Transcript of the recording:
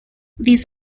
these